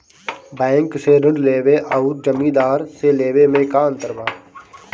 Bank से ऋण लेवे अउर जमींदार से लेवे मे का अंतर बा?